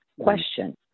Question